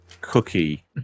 cookie